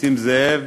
נסים זאב,